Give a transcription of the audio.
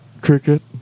Cricket